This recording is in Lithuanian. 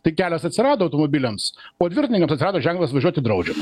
tai kelias atsirado automobiliams o dviratininkams atsirado ženklas važiuoti draudžiama